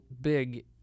big